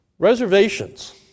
Reservations